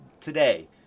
today